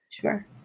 Sure